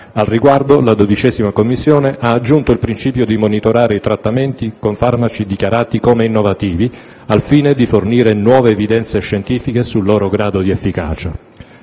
Al riguardo, la 12a Commissione ha aggiunto il principio di monitorare i trattamenti con farmaci dichiarati come innovativi al filo di fornire nuove evidenze scientifiche sul loro grado di efficacia.